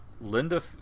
Linda